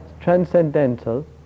transcendental